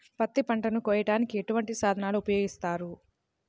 పత్తి పంటను కోయటానికి ఎటువంటి సాధనలు ఉపయోగిస్తారు?